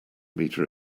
meter